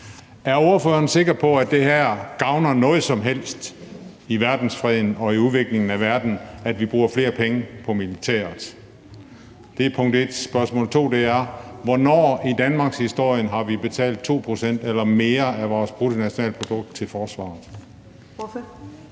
Er ordføreren sikker på, at det gavner noget som helst i verdensfreden og i udviklingen af verden, at vi bruger flere penge på militæret? Det er spørgsmål et. Spørgsmål to er: Hvornår i danmarkshistorien har vi brugt 2 pct. eller mere af vores bruttonationalprodukt på forsvaret?